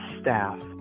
staff